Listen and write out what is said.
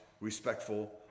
respectful